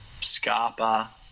Scarpa